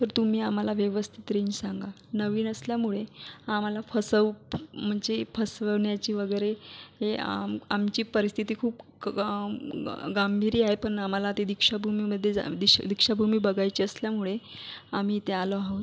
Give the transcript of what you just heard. तर तुम्ही आम्हाला व्यवस्थित रेंज सांगा नवीन असल्यामुळे आम्हाला फसवू म्हणजे फसवण्याची वगैरे हे आम आमची परिस्थिती खूप ग गांभीर्य आहे पण आम्हाला ती दीक्षाभूमीमधे जा दीशा दीक्षाभूमी बघायची असल्यामुळे आम्ही इथे आलो आहोत